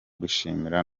gushimira